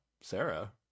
sarah